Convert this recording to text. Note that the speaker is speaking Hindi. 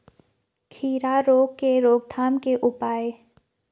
खीरा रोग के रोकथाम के उपाय?